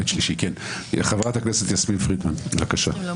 חברת הכנסת יסמין פרידמן, בבקשה.